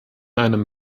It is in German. einem